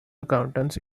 accountants